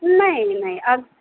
नाही नाही अग